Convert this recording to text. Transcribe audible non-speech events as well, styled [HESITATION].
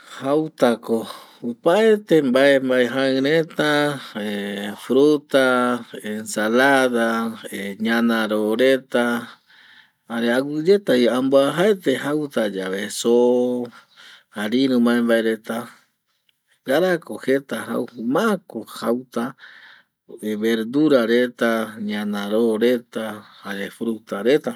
Jauta ko opaete mbae mbae jaɨ reta, [HESITATION] fruta, ensalada [HESITATION] ñanaro reta jare aguɨyeta vi ambuajaete jauta yave soo jare iru mbae mbae reta ngara ko jeta jau, ma ko jauta [HESITATION] verdura reta, ñana ro reta jare fruta reta